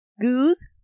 goose